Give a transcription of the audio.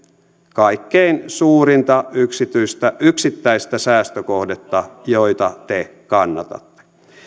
kaikkein suurinta yksittäistä säästökohdetta joita te kannatatte